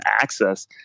access